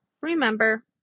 Remember